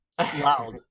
Loud